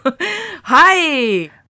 Hi